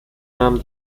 nahm